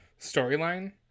storyline